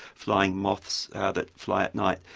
flying moths that fly at night.